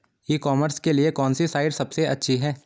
ई commerce के लिए कौनसी साइट सबसे अच्छी है?